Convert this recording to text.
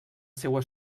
seua